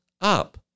up